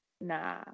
nah